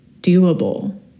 doable